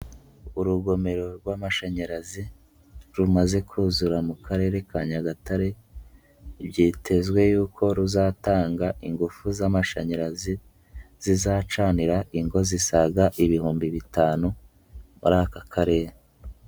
Urugomero rw' amashanyarazi, rumaze kuzura mu karere ka Nyagatare, byitezwe yuko ruzatanga ingufu z'amashanyarazi, zizacanira ingo zisaga ibihumbi bitanu muri aka karere.